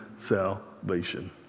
salvation